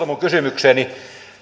minun kysymykseeni